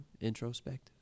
introspective